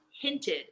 hinted